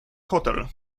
hotel